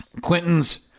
Clinton's